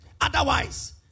Otherwise